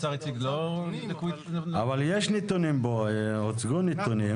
אבל יש נתונים פה, הוצגו נתונים.